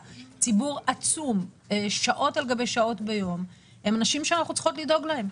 ציבור עצום שעות על גבי שעות ביום הם האנשים שאנחנו צריכות לדאוג להם.